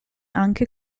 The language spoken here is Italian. anche